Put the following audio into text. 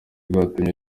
bwatumye